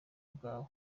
bwawe